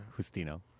Justino